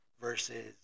versus